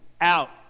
out